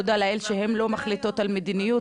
תודה לאל שהן לא מחליטות על מדיניות,